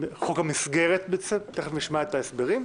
חוק המסגרת בעצם, תכף נשמע את ההסברים.